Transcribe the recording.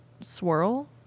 swirl